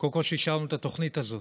שאישרנו את התוכנית הזאת,